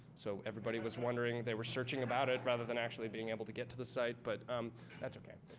so everybody was wondering. they were searching about it rather than actually being able to get to the site. but um that's okay.